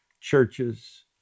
churches